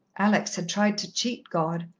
alex had tried to cheat god,